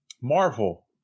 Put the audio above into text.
Marvel